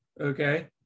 Okay